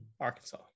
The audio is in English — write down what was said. Arkansas